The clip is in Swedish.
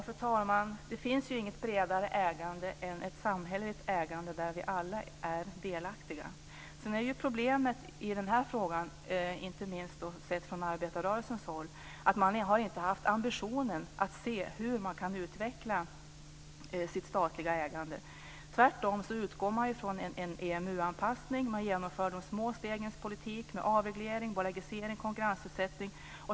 Fru talman! Det finns ju inget bredare ägande än ett samhälleligt ägande där vi alla är delaktiga. Sedan är problemet i den här frågan - inte minst sett från arbetarrörelsens håll - att man inte har haft ambitionen att se hur man kan utveckla sitt statliga ägande. Tvärtom utgår man från en EMU-anpassning. Man genomför de små stegens politik med avreglering, bolagisering och konkurrensutsättning.